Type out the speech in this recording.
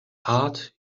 heart